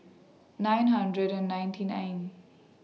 nine hundred and ninety nine